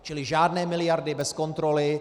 Čili žádné miliardy bez kontroly.